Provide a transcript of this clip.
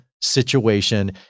situation